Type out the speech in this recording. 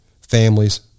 families